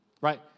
right